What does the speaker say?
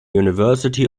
university